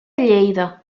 lleida